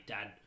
Dad